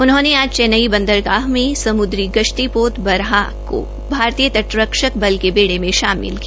उन्होंने आज चेन्नई बदंरगाह में समुद्री गश्ती पोत वराह को भारतीय तटरक्षक बल के बेड़े में शामिल किया